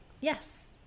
Yes